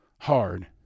hard